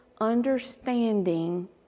understanding